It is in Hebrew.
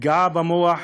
פגיעה במוח,